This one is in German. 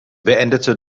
beendete